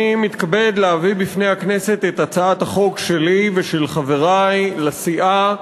אני מתכבד להביא בפני הכנסת את הצעת החוק שלי ושל חברי לסיעה,